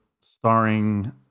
starring